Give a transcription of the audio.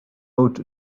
out